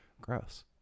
gross